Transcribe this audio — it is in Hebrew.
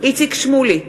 איציק שמולי,